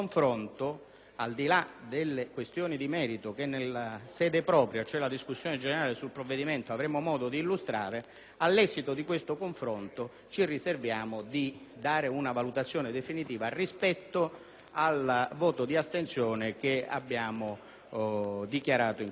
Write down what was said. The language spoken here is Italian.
al di là delle questioni di merito che nella sede propria, cioè la discussione generale sul provvedimento, avremo modo di illustrare, ci riserviamo di dare una valutazione definitiva rispetto al voto di astensione che abbiamo dichiarato in Commissione.